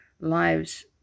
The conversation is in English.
lives